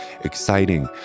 exciting